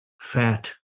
fat